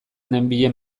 nenbilen